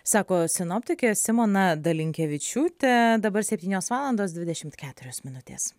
sako sinoptikė simona dalinkevičiūtė dabar septynios valandos dvidešimt keturios minutės